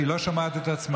היא לא שומעת את עצמה.